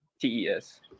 T-E-S